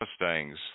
Mustangs